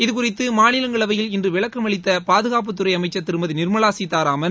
இதுகுறித்து மாநிலங்களவையில் இன்று விளக்கம் அளித்த பாதுகாப்புத்துறை அமைச்சர் திருமதி நிர்மலா சீதூராமன்